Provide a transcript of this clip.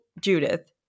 Judith